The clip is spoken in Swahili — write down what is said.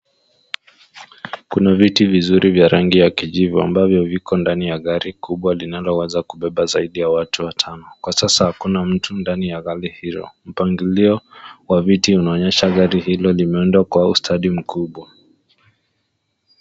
Kuna viti vizuri vya rangi ya kijivu ambavyo viko ndani ya gari kubwa linaloweza kubeba zaidi ya watu watano. Kwa sasa hakuna mtu ndani ya gari hilo. Mpangilio wa viti unaonyesha gari hilo limeundwa kwa ustadi mkubwa.